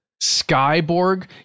Skyborg